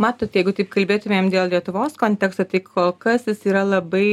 matot jeigu taip kalbėtumėm dėl lietuvos konteksto tai kol kas jis yra labai